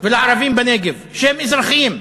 ולערבים בנגב, שהם אזרחים.